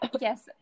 yes